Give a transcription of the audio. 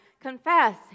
confess